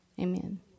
Amen